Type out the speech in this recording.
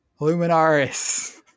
Luminaris